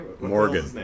Morgan